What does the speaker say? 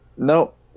Nope